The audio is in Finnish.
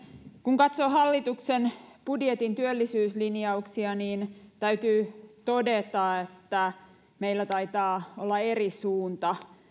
kun katsoo hallituksen budjetin työllisyyslinjauksia niin täytyy todeta että meillä taitaa olla eri suunta